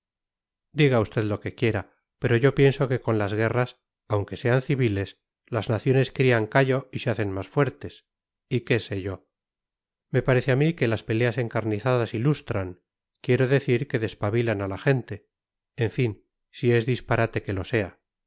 diga usted lo que quiera pero yo pienso que con las guerras aunque sean civiles las naciones crían callo y se hacen más fuertes y qué sé yo me parece a mí que las peleas encarnizadas ilustran quiero decir que despabilan a la gente en fin si es disparate que lo sea